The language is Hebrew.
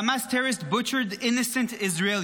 Hamas terrorists butchered innocent Israelis,